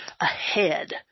ahead